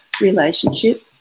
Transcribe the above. relationship